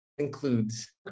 includes